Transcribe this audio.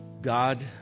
God